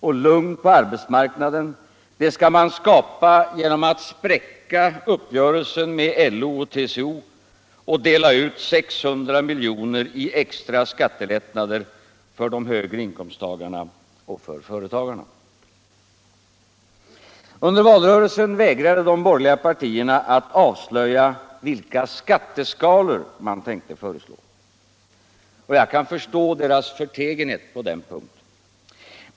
Och lugnet på arbetsmarknaden — det skall man skapa genom att spräcka uppgörelsen med LO och TCO och dela ut 600 miljoner i extra skattelättnader för de högre inkomsttagarna och för företagarna. Under valrörelsen vägrade de borgerliga partierna att avslöja vilka skatteskalor man tänkte föreslå. Och jag kan förstå deras förtegenhet på den punkten.